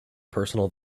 personal